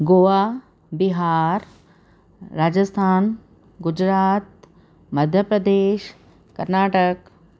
Goa Bihar Rajasthan Gujarat Madhya Pradesh Karnataka